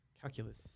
Calculus